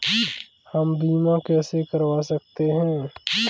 हम बीमा कैसे करवा सकते हैं?